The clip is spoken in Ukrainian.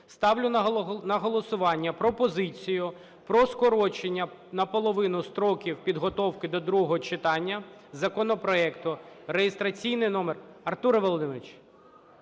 ставлю на голосування пропозицію про скорочення на наполовину строків підготовки до другого читання законопроекту (реєстраційний номер…) Артур Володимирович